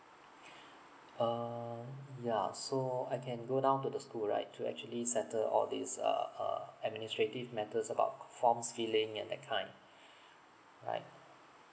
uh yeah so I can go down to the school right to actually settle all these uh uh administrative matters about forms filling and that kind right